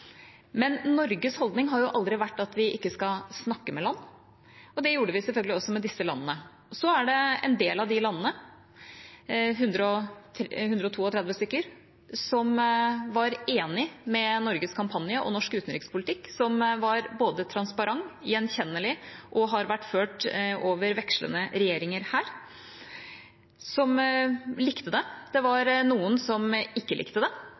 Men Norges holdning har jo aldri vært at vi ikke skal snakke med land, og det gjorde vi selvfølgelig også med disse landene. Så er det en del av de landene, 132 stykker, som var enig i Norges kampanje og norsk utenrikspolitikk – som var både transparent, gjenkjennelig og har vært ført med vekslende regjeringer her – og som likte det. Det var noen som ikke likte det,